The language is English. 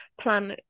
plan